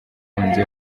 umukunzi